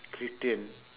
christian